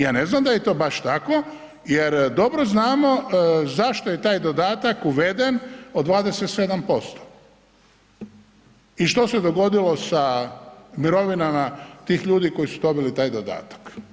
Ja ne znam da je to baš tako jer dobro znamo zašto je ta dodatak uveden od 27% i što se dogodilo sa mirovinama tih ljudi koji su dobili taj dodatak.